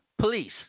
police